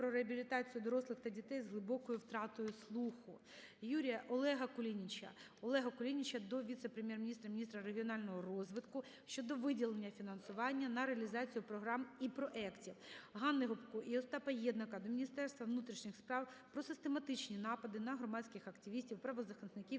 про реабілітацію дорослих та дітей з глибокою втратою слуху. Юрія…. ОлегаКулініча. Олега Кулініча до Віце-прем’єр-міністра - міністра регіонального розвитку щодо виділення фінансування на реалізацію програм і проектів. ГанниГопко і Остапа Єднака до Міністерства внутрішніх справ про систематичні напади на громадських активістів, правозахисників